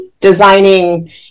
designing